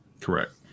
Correct